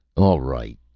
all right,